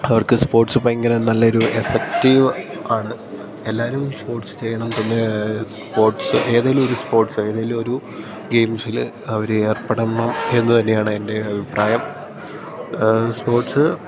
അവർക്ക് സ്പോർട്സ് ഭയങ്കര നല്ല ഒരു എഫക്റ്റീവ് ആണ് എല്ലാ വരും സ്പോർട്സ് ചെയ്യണം തന്നെ സ്പോർട്സ് ഏതേലും ഒരു സ്പോർട്സ് ഏതേലും ഒരു ഗെയിംസിൽ അവര് ഏർപ്പെടണം എന്ന് തന്നെയാണ് എൻ്റെ അഭിപ്രായം സ്പോർട്സ്